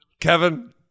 Kevin